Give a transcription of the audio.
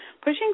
Pushing